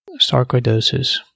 sarcoidosis